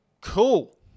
Cool